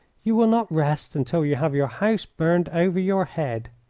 you will not rest until you have your house burned over your head.